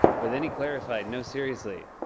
but then, he clarified, no seriously.